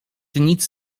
nic